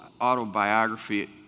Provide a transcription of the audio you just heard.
autobiography